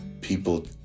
people